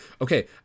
okay